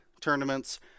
tournaments